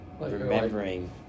Remembering